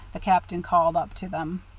the captain called up to them.